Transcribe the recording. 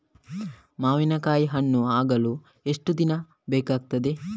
ಮಾವಿನಕಾಯಿ ಹಣ್ಣು ಆಗಲು ಎಷ್ಟು ದಿನ ಬೇಕಗ್ತಾದೆ?